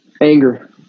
anger